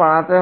বানাতে হবে